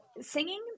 singing